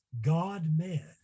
God-man